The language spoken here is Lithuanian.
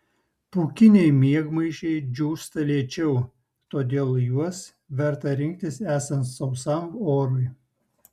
pūkiniai miegmaišiai džiūsta lėčiau todėl juos verta rinktis esant sausam orui